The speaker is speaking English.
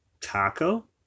taco